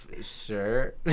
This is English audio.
sure